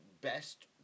best